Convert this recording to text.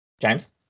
James